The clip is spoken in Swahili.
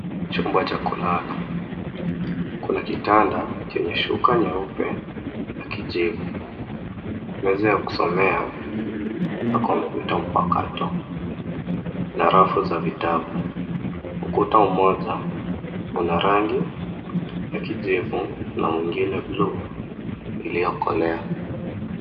Chumba cha kulala ,kuna kitanda chenye shuka nyeupe na kijivu. Meza ya kusomea na kompyuta mpakato na rafu za vitabu. Ukuta mmoja una rangi ya kijivu na mwingine bluu iliyokolea.